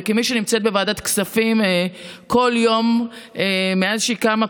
וכמי שנמצאת בוועדת כספים כל יום מאז שהיא קמה,